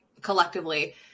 collectively